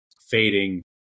fading